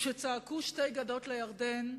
כשצעקו "שתי גדות לירדן",